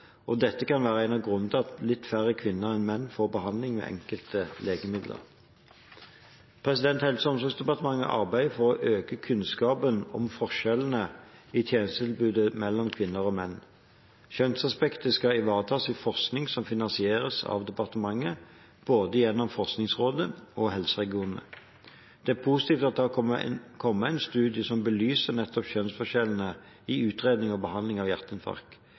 og dette kan være en av grunnene til at litt færre kvinner enn menn får behandling med enkelte legemidler. Helse- og omsorgsdepartementet arbeider for å øke kunnskapen om forskjellene i tjenestetilbudet mellom kvinner og menn. Kjønnsaspektet skal ivaretas i forskning som finansieres av departementet, både gjennom Forskningsrådet og helseregionene. Det er positivt at det har kommet en studie som belyser nettopp kjønnsforskjellene i utredning og behandling av